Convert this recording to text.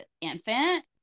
infant